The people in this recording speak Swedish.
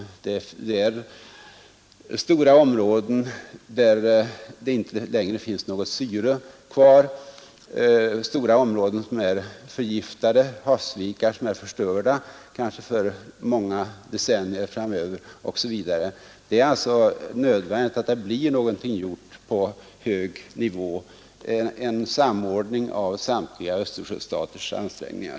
Inom stora områden finns det inte längre något syre kvar, stora områden är förgiftade, havsvikar är förstörda, kanske för många decennier framöver, osv. Det är alltså nödvändigt att någonting blir gjort på hög nivå, och det behövs en samordning av samtliga Östersjöstaters ansträngningar.